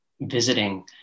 visiting